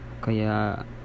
Kaya